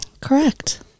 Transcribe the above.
Correct